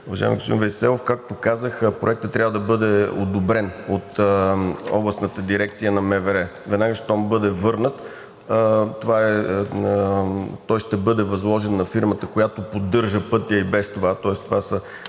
уважаеми господин Вейселов! Както казах, проектът трябва да бъде одобрен от Областната дирекция на МВР. Веднага щом бъде върнат, той ще бъде възложен на фирмата, която поддържа пътя и без това,